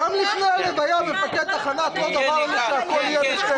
גם לפני הלוויה מפקד התחנה אמר לי שהכול יהיה בסדר.